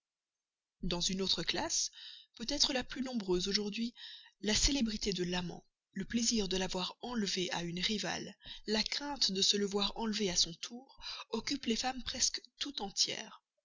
dans une autre classe peut-être la plus nombreuse aujourd'hui la célébrité de l'amant le plaisir de l'avoir enlevé à une rivale la crainte de se le voir enlever à son tour occupent les femmes presque tout entières